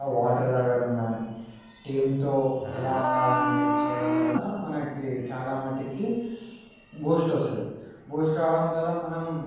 water త్రాగడం కానీ టీంతో ఎలా ఉండాలి అనేది చేయడం వల్ల మనకి చాలా మట్టుకు బూస్ట్ వస్తుంది బూస్ట్ రావడం వల్ల మనం